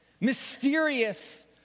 mysterious